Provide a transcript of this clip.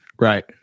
right